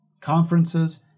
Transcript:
Conferences